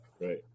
right